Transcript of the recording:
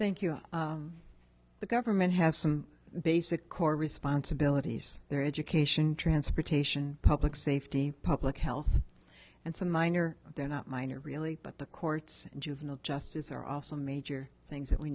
thank you the government has some basic core responsibilities their education transportation public safety public health and some minor but they're not minor really but the courts juvenile justice are also a major things that we